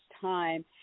time